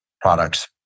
products